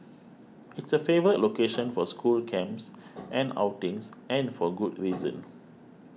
it's a favourite location for school camps and outings and for good reason